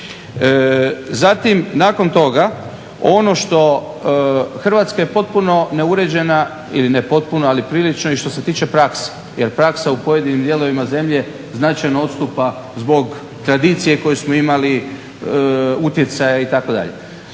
Zatim nakon toga ono što, Hrvatska je potpuno neuređena ili ne potpuno ali prilično i što se tiče praksi jer praksa u pojedinim dijelovima zemlje značajno odstupa zbog tradicije koju smo imali, utjecaja itd.